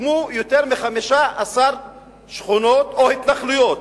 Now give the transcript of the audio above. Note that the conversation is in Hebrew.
הוקמו יותר מ-15 שכונות או התנחלויות,